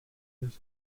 his